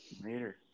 Later